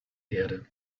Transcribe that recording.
erde